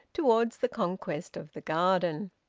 towards the conquest of the garden.